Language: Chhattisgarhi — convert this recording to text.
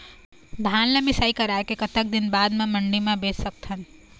धान ला मिसाई कराए के कतक दिन बाद मा मंडी मा बेच सकथन?